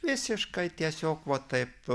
visiškai tiesiog va taip